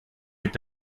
est